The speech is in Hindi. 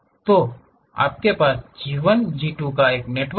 तो आपके पास G 1 G 2 ka का एक नेटवर्क होगा